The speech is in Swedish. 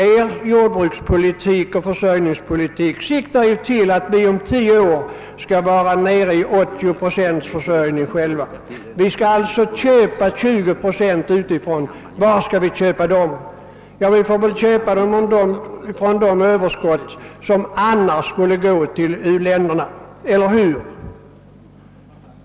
Er jordbrukspolitik och försörjningspolitik siktar ju på att Sverige om tio år skall vara nere i 80 procents försörjningsgrad. Vi skall alltså köpa 20 procent utifrån. Var skall vi köpa dem? Vi får väl köpa från det överskott som annars skulle gå till u-länderna, eller hur?